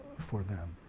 for them.